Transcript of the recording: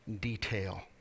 detail